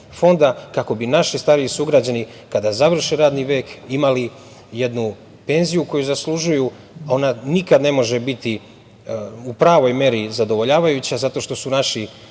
kako bi naši stariji sugrađani, kada završe radni vek, imali jednu penziju koju zaslužuju. Ona nikada ne može biti u pravoj meri zadovoljavajuća, zato što su naši